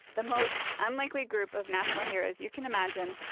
the most unlikely group of national heroes you can imagine,